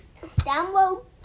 Download